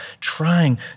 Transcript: trying